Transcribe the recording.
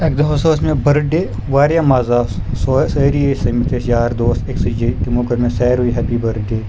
اَکہِ دۄہ حظ اوس مےٚ بٔرٕتھ ڈے واریاہ مَزٕ آسہٕ سُہ ٲسۍ سأری ٲسۍ سٔمٕتۍ ٲسۍ یار دوس أکۍ سٕے جایہِ تِمو کوٚر مےٚ ساروٕے ہیپی بٔرتھ ڈے